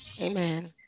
amen